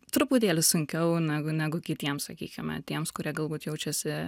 truputėlį sunkiau negu negu kitiems sakykime tiems kurie galbūt jaučiasi